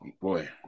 Boy